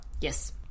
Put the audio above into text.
Yes